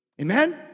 Amen